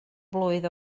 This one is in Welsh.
blwydd